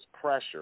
pressure